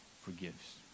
forgives